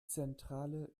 zentrale